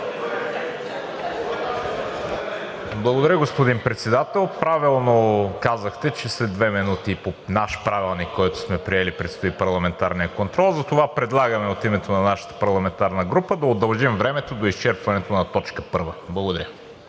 Благодаря, господин Председател. Правилно казахте, че след две минути по наш правилник, който сме приели, предстои парламентарният контрол, затова предлагаме от името на нашата парламентарна група да удължим времето до изчерпването на точка първа. Благодаря.